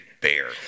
bear